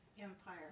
Empire